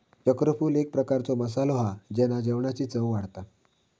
चक्रफूल एक प्रकारचो मसालो हा जेना जेवणाची चव वाढता